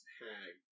hag